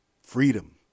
Freedom